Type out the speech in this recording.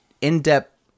in-depth